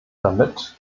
damit